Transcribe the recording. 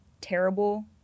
terrible